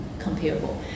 Comparable